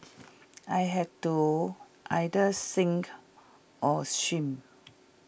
I had to either sink or swim